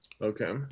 okay